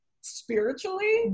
Spiritually